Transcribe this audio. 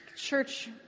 Church